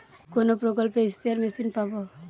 কোন প্রকল্পে spare machine পাব?